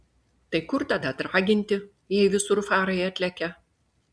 tai kur tada draginti jei visur farai atlekia